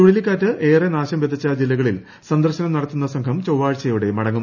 ചുഴലിക്കാറ്റ് ഏറെ നാശം വിതച്ച ജില്ലകളിൽ സന്ദർശനം നടത്തുന്ന സംഘം ചൊവ്വാഴ്ചയോടെ മടങ്ങും